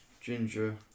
Ginger